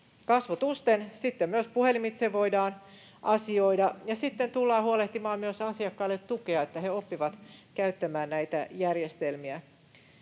kasvotusten. Sitten myös puhelimitse voidaan asioida ja sitten tullaan huolehtimaan myös asiakkaille tukea, että he oppivat käyttämään näitä järjestelmiä.